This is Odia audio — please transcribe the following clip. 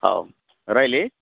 ହଉ ରହିଲି